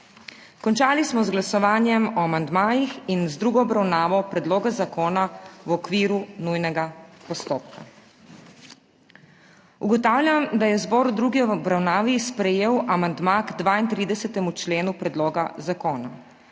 Končali smo z glasovanjem o amandmajih in z drugo obravnavo predloga zakona v okviru nujnega postopka. Ugotavljam, da je zbor v drugi obravnavi sprejel amandma k 32. členu predloga zakona,